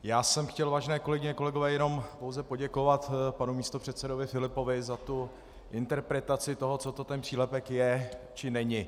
Já jsem chtěl, vážené kolegyně, kolegové, pouze poděkovat panu místopředsedovi Filipovi za tu interpretaci toho, co to ten přílepek je, či není.